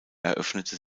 eröffnete